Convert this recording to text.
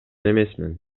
эмесмин